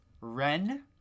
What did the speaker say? Ren